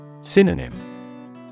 Synonym